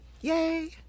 Yay